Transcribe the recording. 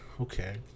okay